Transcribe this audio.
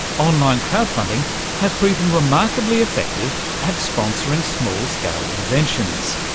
online crowd-funding has proven remarkably effective at sponsoring small-scale inventions.